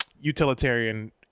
utilitarian –